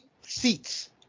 Seats